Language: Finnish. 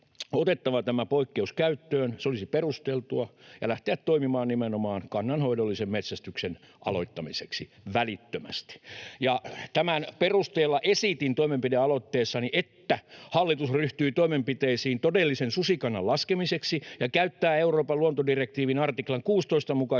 otettava tämä poikkeus käyttöön, se olisi perusteltua, ja lähteä toimimaan nimenomaan kannanhoidollisen metsästyksen aloittamiseksi välittömästi. Tämän perusteella esitin toimenpidealoitteessani, että hallitus ryhtyy toimenpiteisiin todellisen susikannan laskemiseksi ja käyttää Euroopan luontodirektiivin artiklan 16 mukaista